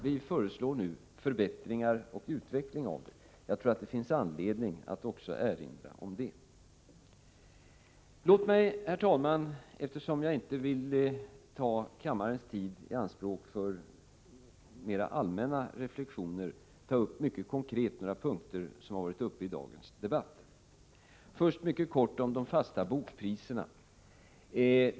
Vi föreslår nu förändringar och utveckling av detsamma. Jag tror att det finns anledning att också erinra om detta. Herr talman! Eftersom jag inte vill ta kammarens tid i anspråk för mera allmänna reflexioner, skall jag mycket konkret ta upp några punkter som varit uppe till debatt i dag. Först mycket kort om de fasta bokpriserna.